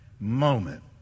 moment